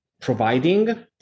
providing